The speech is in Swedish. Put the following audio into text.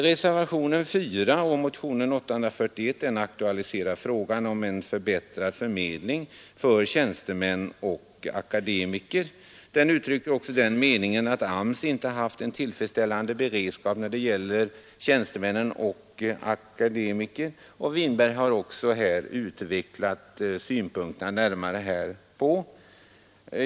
Reservationen 4 och motionen 841 aktualiserar frågan om en förbättrad förmedling för tjänstemän och akademiker. Den uttrycker också den meningen att AMS inte haft en tillfredsställande beredskap när det gäller tjänstemän och akademiker, och herr Winberg har också närmare utvecklat synpunkterna härpå.